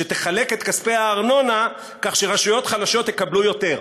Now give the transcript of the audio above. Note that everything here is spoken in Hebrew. שתחלק את כספי הארנונה כך שרשויות חלשות יקבלו יותר.